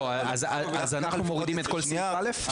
אז אנחנו מורידים את כל סעיף (א)?